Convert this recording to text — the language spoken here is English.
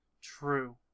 True